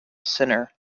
center